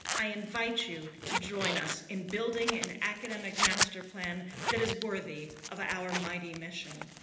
i invite you to join us in building an academic master plan that is worthy of our mighty mission.